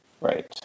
Right